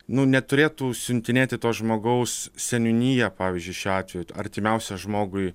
nu neturėtų siuntinėti to žmogaus seniūnija pavyzdžiui šiuo atveju artimiausias žmogui